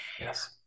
yes